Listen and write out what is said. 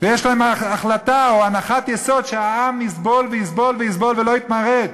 ויש להם החלטה או הנחת יסוד שהעם יסבול ויסבול ויסבול ולא יתמרד.